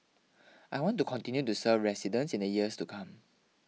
I want to continue to serve residents in the years to come